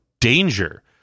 danger